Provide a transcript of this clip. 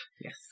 yes